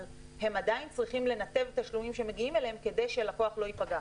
אבל הם עדיין צריכים לנתב תשלומים שמגיעים אליהם כדי שהלקוח לא יפגע.